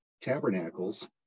tabernacles